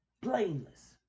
blameless